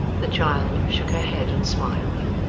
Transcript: the child shook her head and smiled.